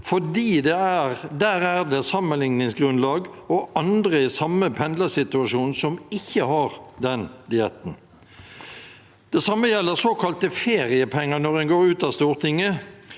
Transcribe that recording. der er det et sammenligningsgrunnlag, og andre i samme pendlersituasjon som ikke har den dietten. Det samme gjelder såkalte feriepenger når en går ut av Stortinget.